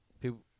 people